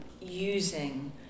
using